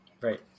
Right